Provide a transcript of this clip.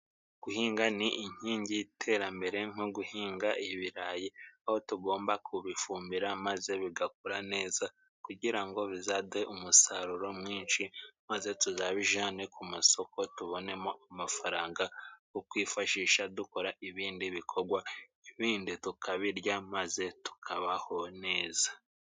Guhinga ni inkingi y'iterambere nko guhinga ibirayi, aho tugomba kubifumbira maze bigakura neza, kugira ngo bizaduhe umusaruro mwinshi maze tuzabijane ku masoko tubonemo amafaranga, go kwifashisha dukora ibindi bikogwa. Ibindi tukabirya maze tukabaho neza.